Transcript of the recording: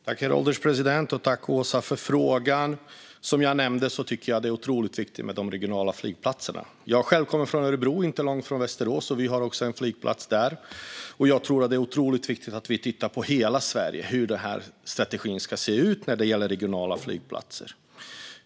Herr ålderspresident! Tack, Åsa, för frågan! Som jag nämnde tycker jag att det är otroligt viktigt med de regionala flygplatserna. Jag själv kommer från Örebro, inte långt från Västerås, och där har vi också en flygplats där. Och jag tror att det är otroligt viktigt att vi tittar på hur strategin ska se ut i hela Sverige när det gäller regionala flygplatser.